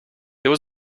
there